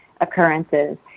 occurrences